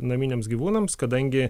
naminiams gyvūnams kadangi